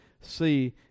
see